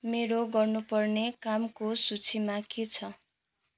मेरो गर्नुपर्ने कामको सूचीमा के छ